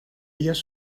ellas